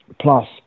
plus